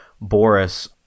Boris